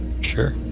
Sure